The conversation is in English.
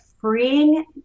freeing